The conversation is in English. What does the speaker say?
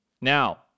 Now